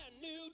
new